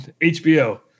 HBO